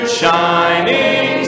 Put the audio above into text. shining